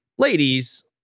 Ladies